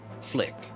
flick